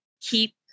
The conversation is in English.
keep